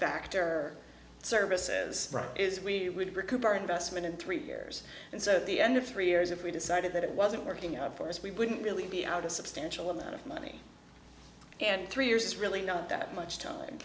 factor services is we recoup our investment in three years and so the end of three years if we decided that it wasn't working out for us we wouldn't really be out a substantial amount of money and three years is really not that much time